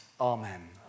Amen